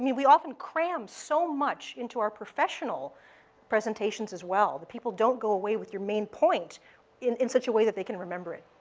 we often cram so much into our professional presentations, as well, that people don't go away with your main point in in such a way that they can remember it.